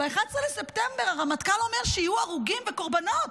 ב-11 בספטמבר הרמטכ"ל אומר שיהיו הרוגים וקורבנות,